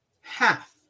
Half